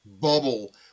bubble